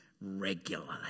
regularly